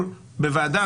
אנחנו צריכים בוועדה,